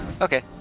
okay